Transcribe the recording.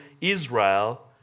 Israel